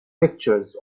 pictures